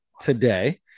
today